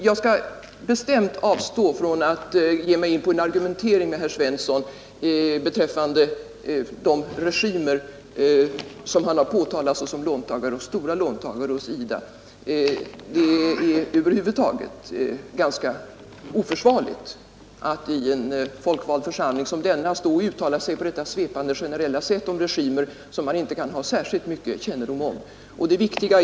Jag skall helt avstå från att ge mig in på en argumentering med herr Svensson beträffande de regimer som han har kritiskt påtalat såsom stora låntagare hos IDA. Det är över huvud taget ganska oförsvarligt att i en folkvald församling som denna stå och uttala sig på detta svepande, generella sätt om regimer som man inte kan ha särskilt mycket kännedom om.